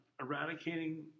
eradicating